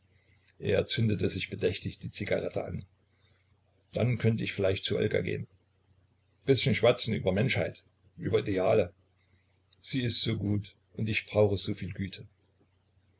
er zündete sich bedächtig die zigarette an dann könnt ich vielleicht zu olga gehen bißchen schwatzen über menschheit über ideale sie ist so gut und ich brauche so viel güte